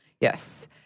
Yes